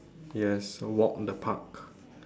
yes a walk in the park